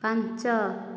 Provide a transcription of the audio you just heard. ପାଞ୍ଚ